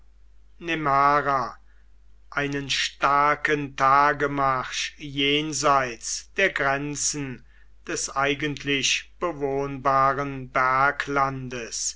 einen starken tagemarsch jenseits der grenzen des eigentlich bewohnbaren